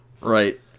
right